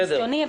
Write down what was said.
מניסיוני,